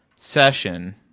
session